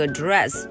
dress